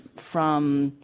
from